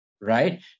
Right